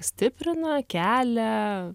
stiprina kelia